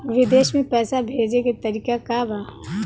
विदेश में पैसा भेजे के तरीका का बा?